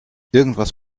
irgendwas